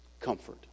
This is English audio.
Comfort